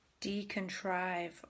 decontrive